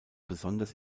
besonders